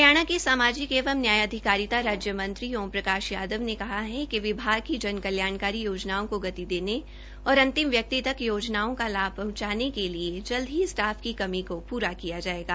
हरियाणा के सामाजिक एवं न्याय अधिकारिता राज्य मंत्री श्री ओम प्रकाश यादव ने कहा है कि विभाग की जन कल्याणकारी योजनाओं को गति देने और अंतिम व्यक्ति तक योजनाओं का लाभ पहंचाने के लिए जल्द ही स्टॉफ की कमी को पूरा किया जाएगा